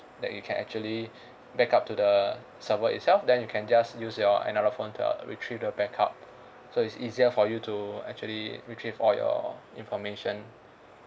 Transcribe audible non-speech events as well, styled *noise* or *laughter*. that you can actually *breath* backup to the server itself then you can just use your android phone to uh retrieve the backup so it's easier for you to actually retrieve all your information